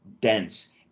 dense